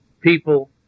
people